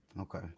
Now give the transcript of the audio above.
Okay